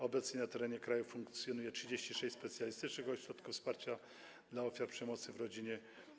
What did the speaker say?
Obecnie na terenie kraju funkcjonuje 36 specjalistycznych ośrodków wsparcia dla ofiar przemocy w rodzinie.